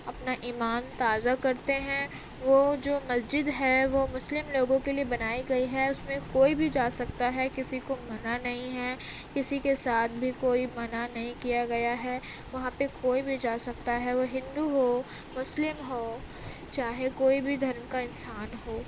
اپنا ایمان تازہ کرتے ہیں وہ جو مسجد ہے وہ مسلم لوگوں کے لیے بنائی گئی ہے اس میں کوئی بھی جا سکتا ہے کسی کو منع نہیں ہے کسی کے ساتھ بھی کوئی منع نہیں کیا گیا ہے وہاں پہ کوئی بھی جا سکتا ہے وہ ہندو ہو مسلم ہو چاہے کوئی بھی دھرم کا انسان ہو